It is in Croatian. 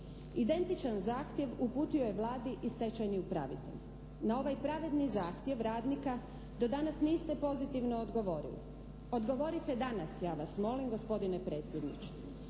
Identičan zahtjev uputio je Vladi i stečajni upravitelj. Na ovaj pravedni zahtjev radnika do danas niste pozitivno odgovorili. Odgovorite danas, ja vas molim, gospodine predsjedniče,